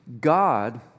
God